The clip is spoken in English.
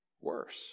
worse